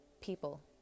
people